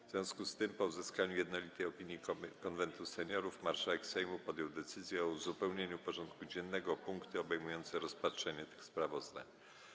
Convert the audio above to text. W związku z tym, po uzyskaniu jednolitej opinii Konwentu Seniorów, marszałek Sejmu podjął decyzję o uzupełnieniu porządku dziennego o punkty obejmujące rozpatrzenie tych sprawozdań.